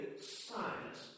science